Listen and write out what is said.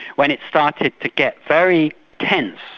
when it started to get very tense,